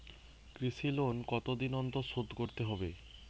কৃষি লোন কতদিন অন্তর শোধ করতে হবে?